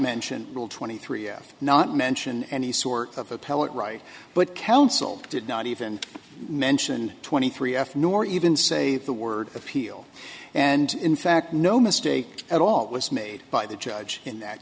mention rule twenty three f not mention any sort of appellate right but counsel did not even mention twenty three f nor even say the word appeal and in fact no mistake at all it was made by the judge in that